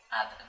up